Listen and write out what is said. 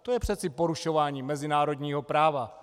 To je přeci porušování mezinárodního práva.